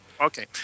Okay